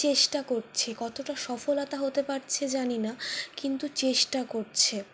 চেষ্টা করছে কতটা সফল হতে পারছে জানি না কিন্তু চেষ্টা করছে